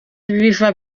biva